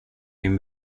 din